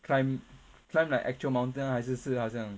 climb climb like actual mountain 还是是好像